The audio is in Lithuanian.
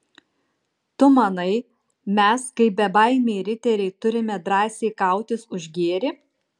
tu manai mes kaip bebaimiai riteriai turime drąsiai kautis už gėrį